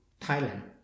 Thailand